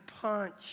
punch